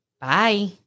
Bye